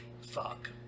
Fuck